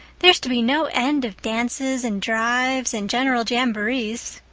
there's to be no end of dances and drives and general jamborees.